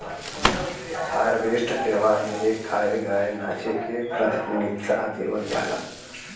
harvest त्यौहार में खाए, गाए नाचे के प्राथमिकता देवल जाला